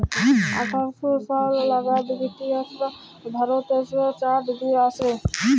আঠার শ সাল লাগাদ বিরটিশরা ভারতেল্লে চাঁট লিয়ে আসে